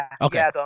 Okay